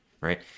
right